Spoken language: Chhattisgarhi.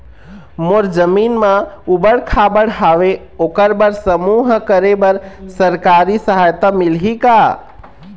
मोर जमीन म ऊबड़ खाबड़ हावे ओकर बर समूह करे बर सरकारी सहायता मिलही का?